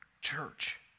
church